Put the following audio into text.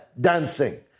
dancing